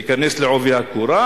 תיכנס בעובי הקורה,